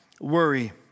worry